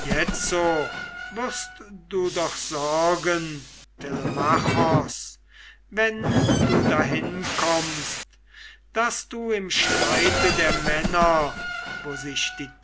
jetzo wirst du doch sorgen telemachos wenn du dahin kommst daß du im streite der männer wo sich die